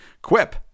Quip